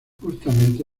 justamente